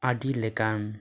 ᱟᱹᱰᱤ ᱞᱮᱠᱟᱱ